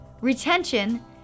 retention